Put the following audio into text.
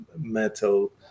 metal